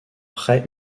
près